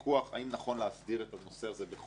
האם נכון להסדיר את הנושא הזה בחוק או